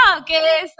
Okay